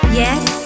yes